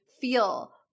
feel